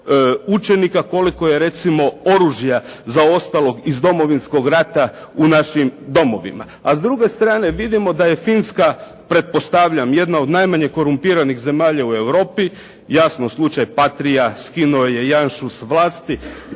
učenika koliko je recimo oružja zaostalog iz Domovinskog rata u našim domovima. A s druge strane vidimo da je Finska, pretpostavljam jedna od najmanje korumpiranih zemalja u Europi, jasno slučaj "Patria" skinuo je janšu s vlasti,